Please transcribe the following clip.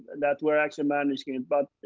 and that we're actually managing, but.